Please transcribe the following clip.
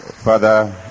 Father